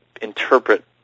interpret